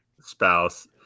spouse